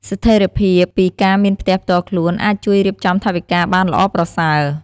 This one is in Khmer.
ស្ថេរភាពពីការមានផ្ទះផ្ទាល់ខ្លួនអាចជួយរៀបចំថវិកាបានល្អប្រសើរ។